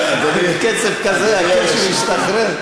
בקצב כזה אני חושש שנשתחרר,